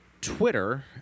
Twitter